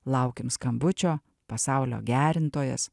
laukim skambučio pasaulio gerintojas